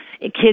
kids